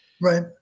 Right